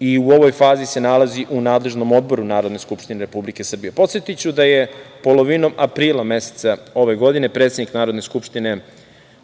i u ovoj fazi se nalazi u nadležnom odboru Narodne skupštine Republike Srbije. Podsetiću da je polovinom aprila meseca ove godine predsednik Narodne skupštine,